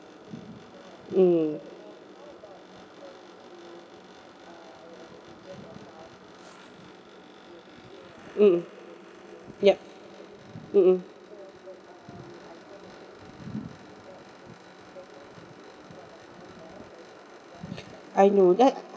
mm mm yup mm mm I know that